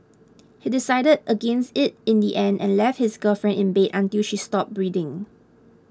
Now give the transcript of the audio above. he decided against it in the end and left his girlfriend in bed until she stopped breathing